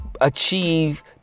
achieve